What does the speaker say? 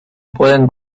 pueden